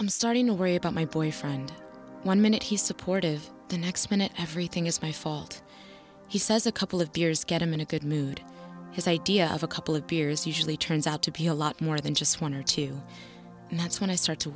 i'm starting to worry about my boyfriend one minute he's supportive the next minute everything is my fault he says a couple of beers get him in a good mood his idea of a couple of beers usually turns out to be a lot more than just one or two and that's when i start to